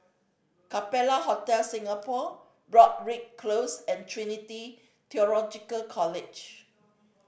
Capella Hotel Singapore Broadrick Close and Trinity Theological College